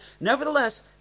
Nevertheless